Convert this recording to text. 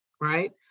right